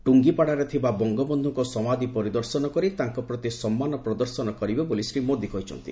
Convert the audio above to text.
ଟୁଙ୍ଗିପାଡାରେ ଥିବା ବଙ୍ଗବନ୍ଧୁଙ୍କ ସମାଧି ପରିଦର୍ଶନ କରି ତାଙ୍କ ପ୍ରତି ସମ୍ମାନ ପ୍ରଦର୍ଶନ କରିବେ ବୋଲି ଶ୍ରୀ ମୋଦୀ କହିଚ୍ଛନ୍ତି